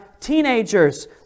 teenagers